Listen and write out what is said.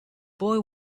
boy